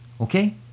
Okay